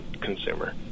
consumer